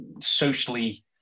socially